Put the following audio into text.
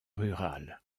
rurale